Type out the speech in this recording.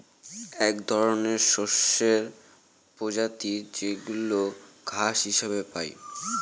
এক ধরনের শস্যের প্রজাতি যেইগুলা ঘাস হিসেবে পাই